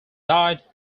died